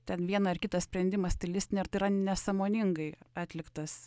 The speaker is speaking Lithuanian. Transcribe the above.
ten vieną ar kitą sprendimą stilistinį ar tai yra nesąmoningai atliktas